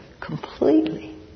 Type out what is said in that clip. completely